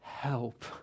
Help